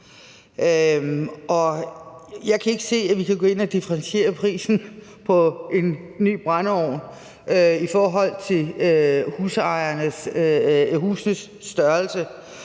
Jeg kan ikke se, at vi kan gå ind og differentiere prisen på en ny brændeovn i forhold til husenes størrelse.